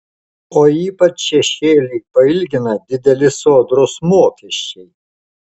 o ypač šešėlį pailgina dideli sodros mokesčiai